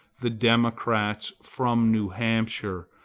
the democrats from new hampshire!